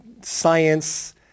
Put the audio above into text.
science